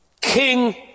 King